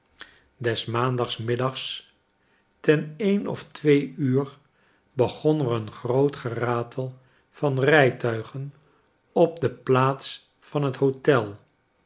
des maandagnamiddags ten een oftweeuur begon er een groot geratel van rijtuigen op de plaats van het hotel